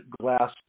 glass